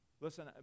listen